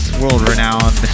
world-renowned